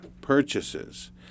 purchases